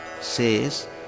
says